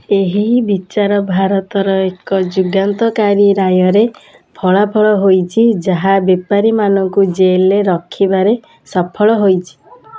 ଏହି ବିଚାର ଭାରତର ଏକ ଯୁଗାନ୍ତକାରୀ ରାୟରେ ଫଳାଫଳ ହେଇଛି ଯାହା ବେପାରୀମାନଙ୍କୁ ଜେଲରେ ରଖିବାରେ ସଫଳ ହେଇଛି